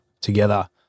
together